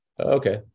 Okay